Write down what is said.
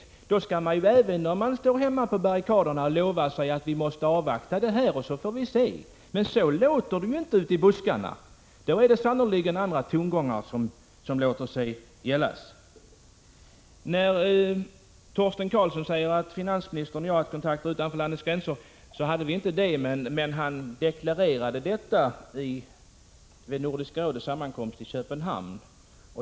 Man skall även hemma på barrikaderna i stället för att lova säga att vi måste avvakta besked, så får vi se. Men så låter det ju inte ute i buskarna. Då är det sannerligen andra tongångar. Torsten Karlsson säger att finansministern och jag har haft kontakter utanför landets gränser. Det hade vi inte, men finansministern deklarerade sin inställning vid Nordiska rådets sammankomst i Köpenhamn.